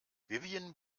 vivien